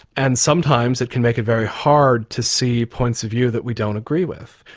and sometimes it can make it very hard to see points of view that we don't agree with.